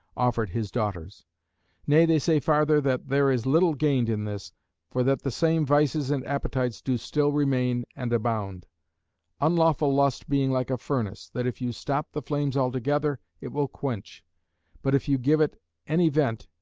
offered his daughters nay they say farther that there is little gained in this for that the same vices and appetites do still remain and abound unlawful lust being like a furnace, that if you stop the flames altogether, it will quench but if you give it any vent,